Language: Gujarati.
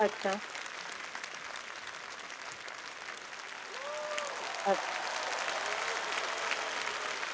અચ્છા